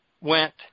went